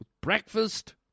Breakfast